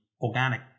organic